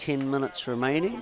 ten minutes remaining